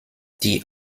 die